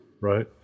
right